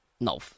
no